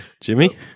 Jimmy